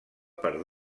per